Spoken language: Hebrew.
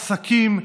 עסקים,